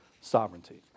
sovereignty